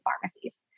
pharmacies